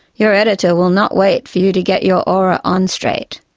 your editor will not wait for you to get your aura on straight.